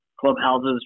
clubhouses